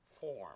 form